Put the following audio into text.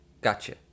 gotcha